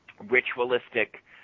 Ritualistic